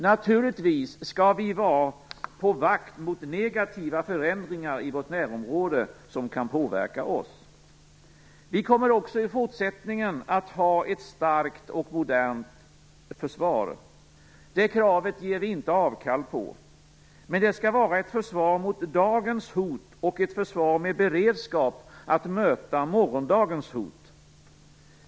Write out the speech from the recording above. Naturligtvis skall vi vara på vår vakt mot negativa förändringar i vårt närområde som kan påverka oss. Vi kommer också i fortsättningen att ha ett starkt och modernt försvar. Det kravet gör vi inte avkall på. Men det skall vara ett försvar mot dagens hot och ett försvar med beredskap att möta morgondagens hot.